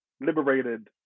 liberated